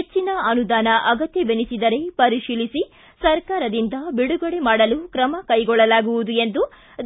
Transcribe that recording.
ಹೆಚ್ಚನ ಅನುದಾನ ಅಗತ್ತವೆನಿಸಿದರೆ ಪರಿಶೀಲಿಸಿ ಸರಕಾರದಿಂದ ಬಿಡುಗಡೆ ಮಾಡಲು ಕ್ರಮ ಕೈಕೊಳ್ಳಲಾಗುವುದು ಎಂದು